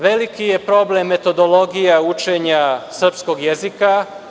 Veliki je problem metodologija učenja srpskog jezika.